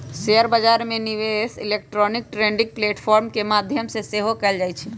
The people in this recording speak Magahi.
शेयर बजार में निवेश इलेक्ट्रॉनिक ट्रेडिंग प्लेटफॉर्म के माध्यम से सेहो कएल जाइ छइ